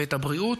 ואת הבריאות,